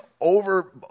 over